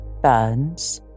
Burns